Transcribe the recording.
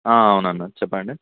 అవునన్నా చెప్పండి